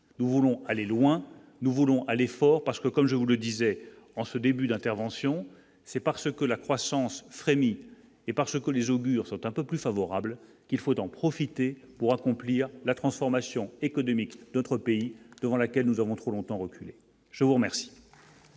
nous voulons aller loin, nous voulons aller fort parce que, comme je vous le disais en ce début d'intervention, c'est parce que la croissance frémit et parce que les augures sont un peu plus favorable qu'il faut en profiter pour accomplir la transformation économique, notre pays devant laquelle nous avons trop longtemps reculé, je vous remercie.